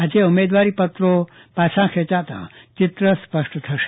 આજે ઉમેદવારી પત્રો પાછા ખેંચાતા ચિત્ર સ્પષ્ટ થશે